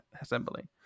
assembly